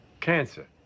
Cancer